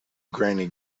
granny